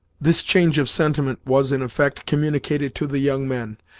this change of sentiment was, in effect, communicated to the young men,